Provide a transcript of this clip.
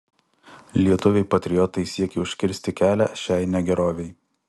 lietuviai patriotai siekė užkirsti kelią šiai negerovei